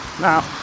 now